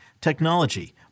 technology